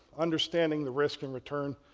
understanding the risk and return,